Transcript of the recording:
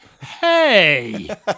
Hey